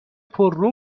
پررو